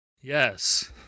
Yes